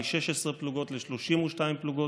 מ-16 פלוגות ל-32 פלוגות.